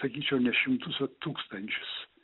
sakyčiau ne šimtus o tūkstančius